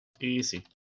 Easy